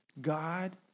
God